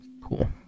Cool